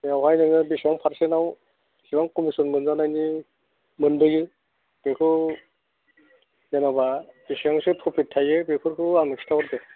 बेवहाय नोङो बेसेबां पार्सेन्टआव बेसेबां कमिसन मोनजानायनि मोनबोयो बेखौ जेन'बा बेसेबांसो प्रफिट थायो बेफोरखौ आंनो खिथाहर दे